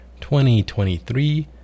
2023